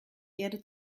erde